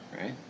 right